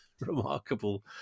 remarkable